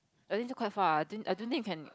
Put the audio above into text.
I think still quite far I think I don't think you can